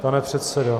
Pane předsedo.